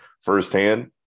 firsthand